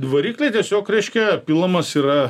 į variklį tiesiog reiškia pilamas yra